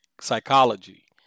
psychology